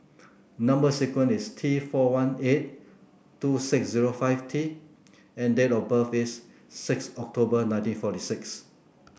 number sequence is T four one eight two six zero five T and date of birth is six October nineteen forty six